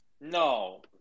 No